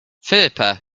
philippa